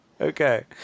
Okay